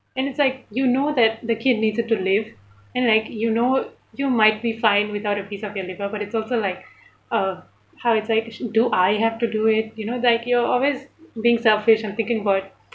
and it's like you know that the kid needs it to live and like you know you might be fine without a piece of your liver but it's also like uh how it's like do I have to do it you know like you're always being selfish I'm thinking about it